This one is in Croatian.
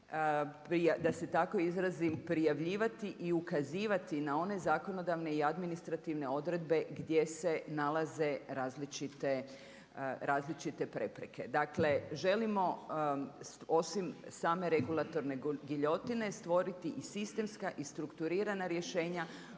da se tako izrazim prijavljivati i ukazivati na one zakonodavne i administrativne odredbe gdje se nalaze različite prepreke. Dakle, želimo osim same regulatorne giljotine stvoriti i sistemska i strukturirana rješenja